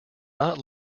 not